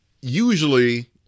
Usually